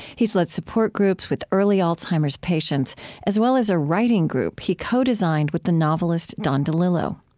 he's led support groups with early alzheimer's patients as well as a writing group he co-designed with the novelist don delillo.